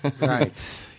Right